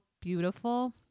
beautiful